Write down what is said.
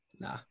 nah